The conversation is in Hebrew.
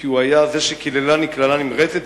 כי הוא היה זה ש"קללני קללה נמרצת",